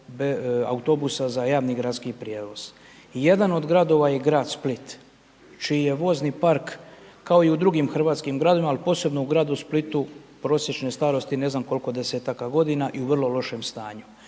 jedan od gradova je grad Split, čiji je vozni park kao i u drugim hrvatskim gradovima, ali posebno u gradu Splitu prosječne starosti ne znam koliko 10-taka godina i u vrlo lošem stanju.